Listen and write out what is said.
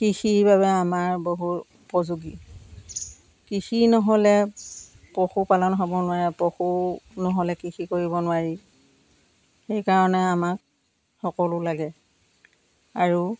কৃষিৰ বাবে আমাৰ বহু উপযোগী কৃষি নহ'লে পশুপালন হ'ব নোৱাৰে পশু নহ'লে কৃষি কৰিব নোৱাৰি সেইকাৰণে আমাক সকলো লাগে আৰু